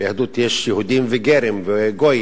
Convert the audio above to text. ביהדות יש יהודים וגויים.